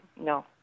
no